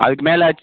அதுக்கு மேலே ஆச்